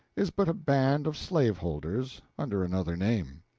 is but a band of slaveholders under another name.